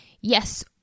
yes